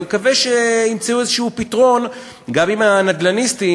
אני מקווה שיימצא פתרון גם עם הנדל"ניסטים,